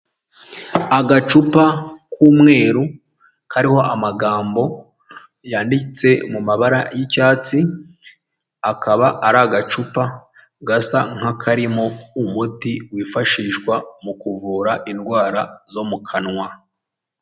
Agacupa k'umweru kariho amagambo yanditse mu mabara y'icyatsi, akaba ari agacupa gasa nk'akarimo umuti wifashishwa mu kuvura indwara zo mu kanwa.